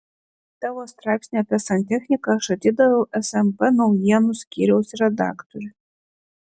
tavo straipsnį apie santechniką aš atidaviau smp naujienų skyriaus redaktoriui